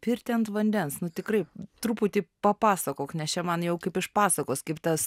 pirtį ant vandens tikrai truputį papasakok nes čia man jau kaip iš pasakos kaip tas